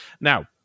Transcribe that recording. now